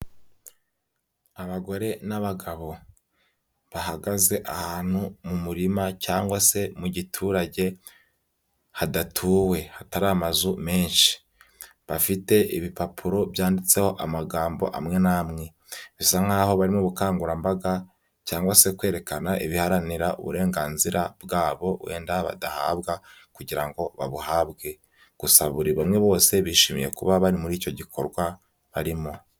Abagore n'abagabo. Bahagaze ahantu mu murima cyangwa se mu giturage hadatuwe. Hatari amazu menshi. Bafite ibipapuro byanditseho amagambo amwe n'amwe. Bisa nkaho bari mu bukangurambaga cyangwa se kwerekana ibiharanira uburenganzira bwabo wenda badahabwa, kugira ngo babuhabwe. Gusa buri bamwe bose bishimiye kuba bari muri icyo gikorwa barimo.